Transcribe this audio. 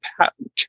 patent